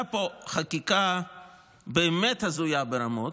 יצאה פה חקיקה באמת הזויה ברמות,